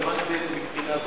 הוא דוחה, לא האמנתם, מבחינה זו.